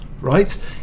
Right